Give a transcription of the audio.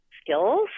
skills